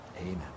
Amen